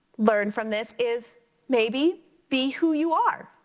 learn from this is maybe be who you are.